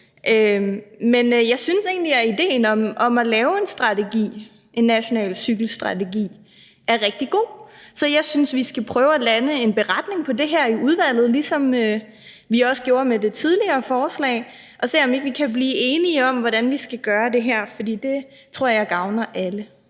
Men jeg synes egentlig, at idéen om at lave en national cykelstrategi er rigtig god. Så jeg synes, vi skal prøve at lande en beretning på det her i udvalget, ligesom vi også gjorde med det tidligere forslag, og se, om ikke vi kan blive enige om, hvordan vi skal gøre det her, for det tror jeg gavner alle.